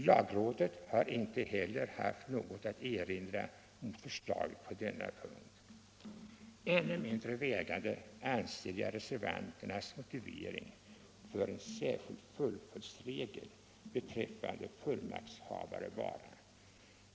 Lagrådet har inte heller haft något att erinra mot förslaget på denna punkt. Ännu mindre vägande anser jag reservanternas motivering för en särskild påföljdsregel beträffande fullmaktshavare vara.